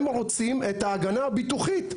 הם רוצים את ההגנה הביטוחית.